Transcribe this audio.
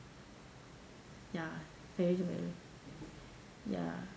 ya very very low ya